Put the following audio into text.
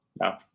No